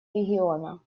региона